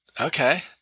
Okay